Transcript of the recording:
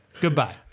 Goodbye